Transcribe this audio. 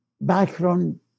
background